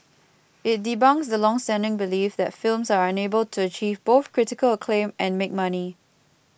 it debunks the longstanding belief that films are unable to achieve both critical acclaim and make money